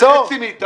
שהם חצי מאיתנו?